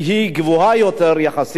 היא גבוהה יותר, יחסית,